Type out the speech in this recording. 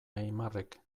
aimarrek